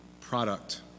product